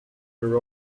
your